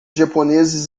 japoneses